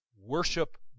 Worship